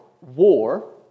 war